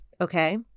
okay